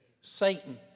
Satan